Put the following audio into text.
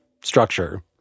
structure